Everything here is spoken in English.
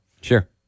Sure